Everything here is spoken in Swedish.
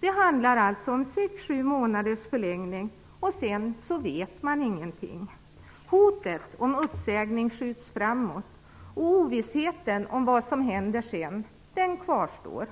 Det handlar alltså om sex sju månaders förlängning. Vad som händer sedan vet man inte. Hotet om uppsägning skjuts framåt, och ovissheten om vad som händer sedan kvarstår.